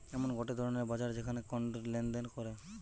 এমন গটে ধরণের বাজার যেখানে কন্ড লেনদেন করে